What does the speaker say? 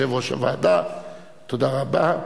עם יושב-ראש הוועדה גפני,